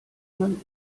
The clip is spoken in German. man